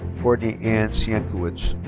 courtney anne sienkiewich.